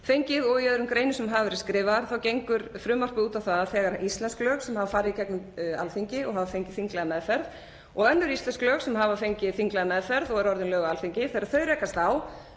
fengið og í öðrum greinum sem hafa verið skrifaðar, þá gengur frumvarpið út á það að þegar íslensk lög sem hafa farið í gegnum Alþingi og fengið þinglega meðferð og önnur íslensk lög sem hafa fengið þinglega meðferð og eru orðin lög á Alþingi rekast á,